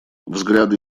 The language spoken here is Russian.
взгляды